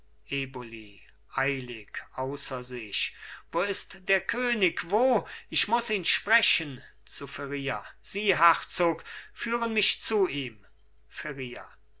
eboli eilig außer sich wo ist der könig wo ich muß ihn sprechen zu feria sie herzog führen mich zu ihm